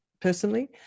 personally